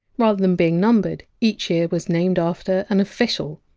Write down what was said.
rather than being numbered, each year was named after an official.